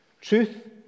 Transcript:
Truth